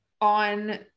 on